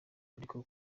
ariko